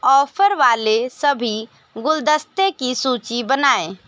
offer वाले सभी गुलदस्ते की सूची बनाएँ